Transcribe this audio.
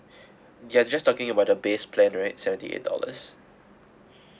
you are just talking about the base plan right seventy eight dollars